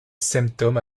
symptômes